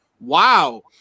Wow